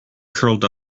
curled